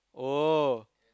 oh